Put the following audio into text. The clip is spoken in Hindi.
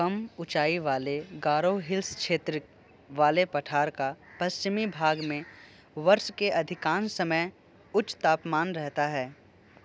कम ऊँचाई वाले गारो हिल्स क्षेत्र वाले पठार का पश्चिमी भाग में वर्ष के अधिकांश समय उच्च तापमान रहता है